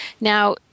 Now